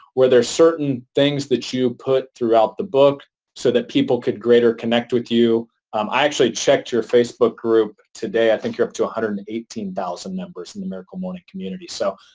were there certain things that you put throughout the book so that people could greater connect with you? um i actually checked your facebook group today. i think you're up to one hundred and eighteen thousand members in the miracle morning community. so,